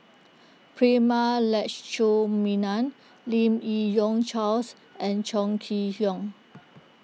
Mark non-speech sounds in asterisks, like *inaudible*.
*noise* Prema Letchumanan Lim Yi Yong Charles and Chong Kee Hiong